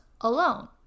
alone